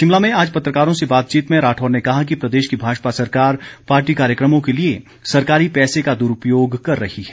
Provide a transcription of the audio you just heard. शिमला में आज पत्रकारों से बातचीत में राठौर ने कहा कि प्रदेश की भाजपा सरकार पार्टी कार्यक्रमों के लिए सरकारी पैसे का दुरूपयोग कर रही है